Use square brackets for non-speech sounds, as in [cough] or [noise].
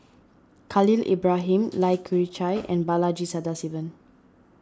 Khalil Ibrahim [noise] Lai Kew Chai and Balaji Sadasivan